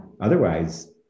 Otherwise